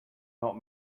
not